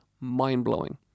mind-blowing